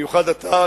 במיוחד אתה,